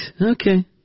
Okay